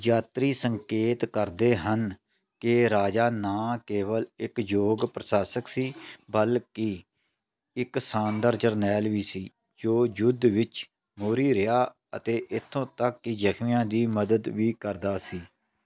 ਯਾਤਰੀ ਸੰਕੇਤ ਕਰਦੇ ਹਨ ਕਿ ਰਾਜਾ ਨਾ ਕੇਵਲ ਇੱਕ ਯੋਗ ਪ੍ਰਸ਼ਾਸਕ ਸੀ ਬਲਕਿ ਇੱਕ ਸ਼ਾਨਦਾਰ ਜਰਨੈਲ ਵੀ ਸੀ ਜੋ ਯੁੱਧ ਵਿੱਚ ਮੋਹਰੀ ਰਿਹਾ ਅਤੇ ਇੱਥੋਂ ਤੱਕ ਕਿ ਜ਼ਖਮੀਆਂ ਦੀ ਮਦਦ ਵੀ ਕਰਦਾ ਸੀ